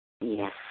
yes